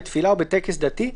בתפילה או בטקס דתי,